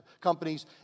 companies